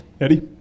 Eddie